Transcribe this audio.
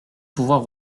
pouvoir